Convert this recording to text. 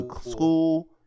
School